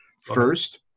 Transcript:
First